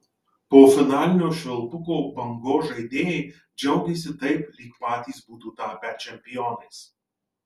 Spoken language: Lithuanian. po finalinio švilpuko bangos žaidėjai džiaugėsi taip lyg patys būtų tapę čempionais